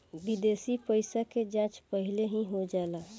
विदेशी पइसा के जाँच पहिलही हो जाला